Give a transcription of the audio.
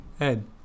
Ed